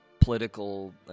political